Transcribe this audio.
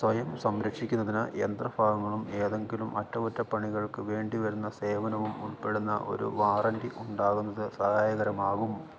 സ്വയം സംരക്ഷിക്കുന്നതിന് യന്ത്രഭാഗങ്ങളും ഏതെങ്കിലും അറ്റകുറ്റപ്പണികൾക്ക് വേണ്ടിവരുന്ന സേവനവും ഉൾപ്പെടുന്ന ഒരു വാറണ്ടി ഉണ്ടാകുന്നത് സഹായകരമാകും